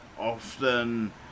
often